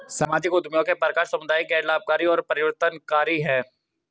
सामाजिक उद्यमियों के प्रकार समुदाय, गैर लाभकारी और परिवर्तनकारी हैं